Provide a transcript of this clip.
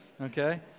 Okay